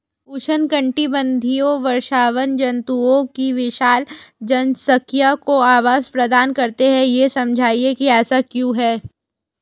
उष्णकटिबंधीय वर्षावन जंतुओं की विशाल जनसंख्या को आवास प्रदान करते हैं यह समझाइए कि ऐसा क्यों है?